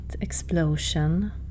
explosion